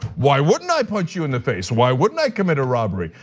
why wouldn't i punch you in the face? why wouldn't i commit a robbery?